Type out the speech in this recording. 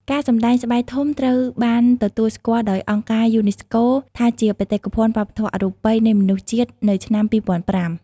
ការសម្ដែងស្បែកធំត្រូវបានទទួលស្គាល់ដោយអង្គការយូណេស្កូថាជាបេតិកភណ្ឌវប្បធម៌អរូបីនៃមនុស្សជាតិនៅឆ្នាំ២០០៥។